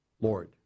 Lord